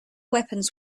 weapons